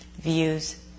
views